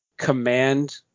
command